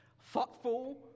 Thoughtful